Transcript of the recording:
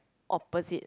opposite